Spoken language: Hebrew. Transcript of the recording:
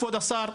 כבד השר,